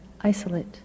isolate